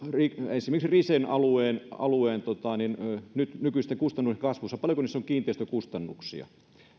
esimerkiksi risen alueen alueen nykyisten kustannusten kasvussa on kiinteistökustannuksia